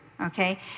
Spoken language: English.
Okay